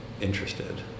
interested